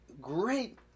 great